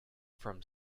from